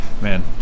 man